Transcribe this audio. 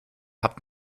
habt